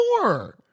more